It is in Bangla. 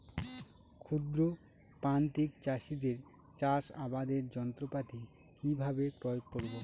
ক্ষুদ্র প্রান্তিক চাষীদের চাষাবাদের যন্ত্রপাতি কিভাবে ক্রয় করব?